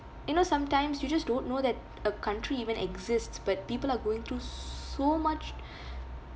you know sometimes you just don't know that a country even exists but people are going through s~ so much